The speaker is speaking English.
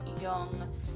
young